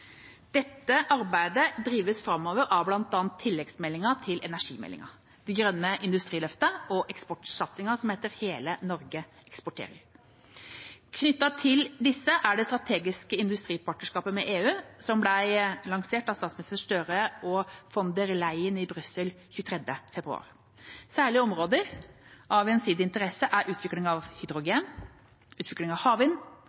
Dette arbeidet drives framover av bl.a. tilleggsmeldingen til energimeldingen, det grønne industriløftet og eksportsatsingen som heter «Hele Norge eksporterer». Knyttet til disse er det strategiske industripartnerskapet med EU, som ble lansert av statsminister Støre og kommisjonspresident von der Leyen i Brussel 23. februar. Særlige områder av gjensidig interesse er utvikling av hydrogen, havvind,